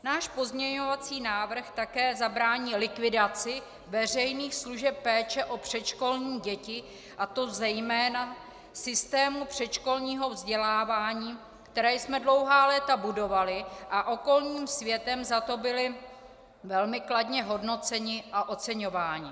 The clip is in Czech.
Náš pozměňovací návrh také zabrání likvidaci veřejných služeb péče o předškolní děti, a to zejména systému předškolního vzdělávání, který jsme dlouhá léta budovali a okolním světem za to byli velmi kladně hodnoceni a oceňováni.